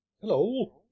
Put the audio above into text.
Hello